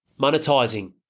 Monetizing